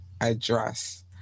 address